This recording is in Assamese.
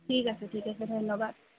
ঠিক আছে ঠিক আছে ধন্যবাদ